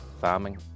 farming